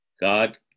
God